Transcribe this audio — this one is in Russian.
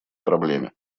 проблеме